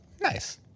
Nice